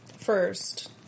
first